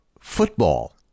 football